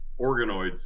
organoids